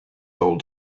old